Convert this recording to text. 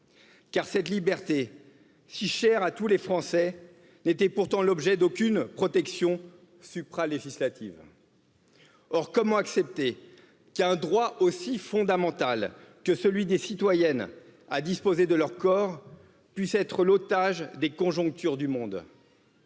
Car cette liberté, si chère à tous les Français, n'était pourtant l'objet d'aucune protection supra législative. Or, comment accepter qu'un droit aussi fondamental que celui des citoyennes à disposer de leur corps puisse être l'otage des conjonctures du monde?